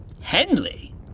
Henley